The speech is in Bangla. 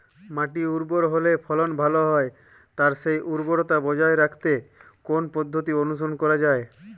মাটি উর্বর হলে ফলন ভালো হয় তাই সেই উর্বরতা বজায় রাখতে কোন পদ্ধতি অনুসরণ করা যায়?